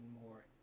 more